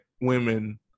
women